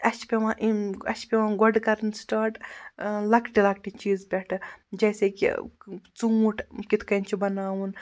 اَسہِ چھِ پٮ۪وان اَسہِ چھِ پٮ۪وان گۄڈٕ کَرٕنۍ سِٹاٹ لۄکٹہِ لۄکٹہِ چیٖز پٮ۪ٹھٕ جیسے کہِ ژوٗنٛٹھ کِتھ کٔنۍ چھُ بَناوُن